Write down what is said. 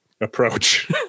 approach